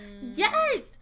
Yes